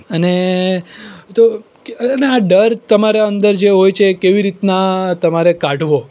અને તો છે ને આ ડર તમારા અંદર જે હોય છે એ કેવી રીતનાં તમારે કાઢવો